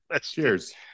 Cheers